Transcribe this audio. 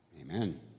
Amen